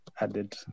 added